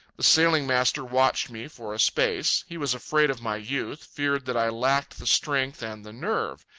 the sailing-master watched me for a space. he was afraid of my youth, feared that i lacked the strength and the nerve.